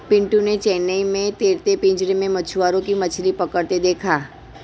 पिंटू ने चेन्नई में तैरते पिंजरे में मछुआरों को मछली पकड़ते देखा